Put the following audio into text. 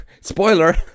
spoiler